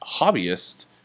hobbyist